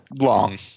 Long